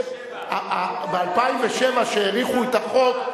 אבל ב-2007 כשהאריכו את החוק,